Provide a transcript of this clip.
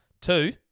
Two